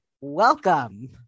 welcome